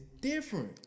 different